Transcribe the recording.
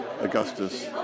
Augustus